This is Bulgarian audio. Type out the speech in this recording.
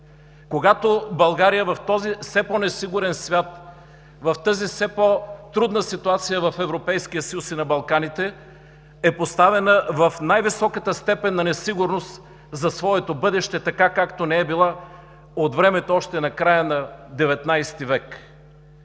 когато България в този все по-несигурен свят, в тази все по-трудна ситуация в Европейския съюз и на Балканите е поставена в най-високата степен на несигурност за своето бъдеще, така както не е била от времето още на края на XIX век.